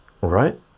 Right